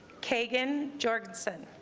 kagan jorgensen